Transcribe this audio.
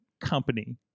company